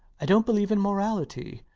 i don't believe in morality.